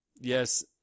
Yes